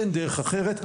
אין דרך אחרת,